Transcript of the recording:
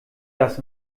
das